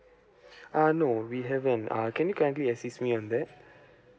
uh no we haven't uh can you kindly assist me on that